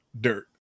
Dirt